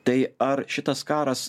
tai ar šitas karas